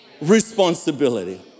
responsibility